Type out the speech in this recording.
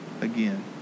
again